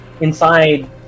inside